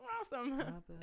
awesome